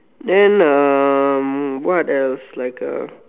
then um what else like uh